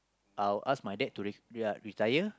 I'll ask my dad to re~ uh retire